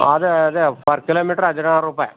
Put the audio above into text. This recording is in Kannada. ಅದೇ ಅದೇ ಫರ್ ಕಿಲೋಮೀಟ್ರು ಹದಿನಾರು ರೂಪಾಯಿ